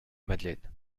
madeleine